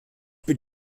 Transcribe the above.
bin